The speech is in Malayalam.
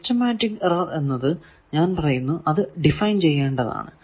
സിസ്റ്റമാറ്റിക് എറർ എന്നത് ഞാൻ ഡിഫൈൻ ചെയ്യേണ്ടതാണ്